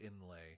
inlay